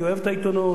אני אוהב את העיתונות.